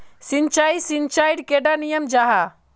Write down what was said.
सिंचाई सिंचाईर कैडा नियम जाहा?